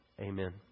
Amen